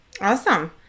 Awesome